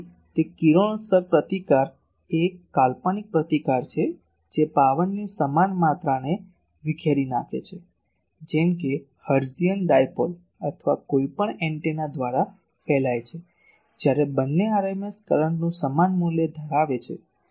તેથી તે કિરણોત્સર્ગ પ્રતિકાર એ એક કાલ્પનિક પ્રતિકાર છે જે પાવરની સમાન માત્રાને વિખેરી નાખે છે જેમ કે હર્ટ્ઝિયન ડાયપોલ અથવા કોઈપણ એન્ટેના દ્વારા ફેલાય છે જ્યારે બંને rms કરંટનું સમાન મૂલ્ય ધરાવે છે